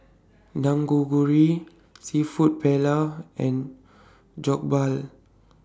Seafood Paella and Jokbal